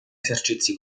esercizi